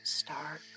start